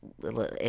little